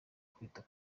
kwita